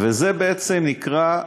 וזה בעצם נקרא,